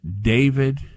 David